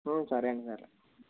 హు సరే అండి వెళ్దాం